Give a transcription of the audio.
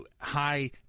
high